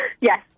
Yes